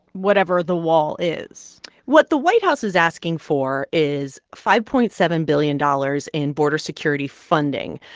whatever the wall is what the white house is asking for is five point seven billion dollars in border security funding.